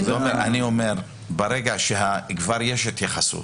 אני אומר שברגע שכבר יש התייחסות